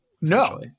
no